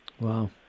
Wow